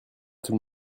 tout